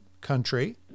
country